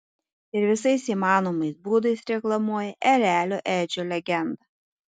ir visais įmanomais būdais reklamuoja erelio edžio legendą